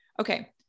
Okay